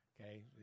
Okay